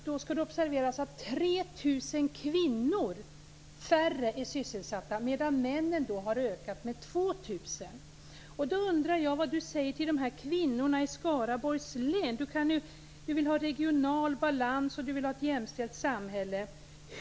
Då skall det observeras att 3 000 färre kvinnor är sysselsatta, medan antalet sysselsatta män har ökat med 2 000. Då undrar jag vad Monica Green säger till dessa kvinnor i Skaraborgs län. Monica Green vill ha regional balans och ett jämställt samhälle.